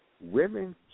Women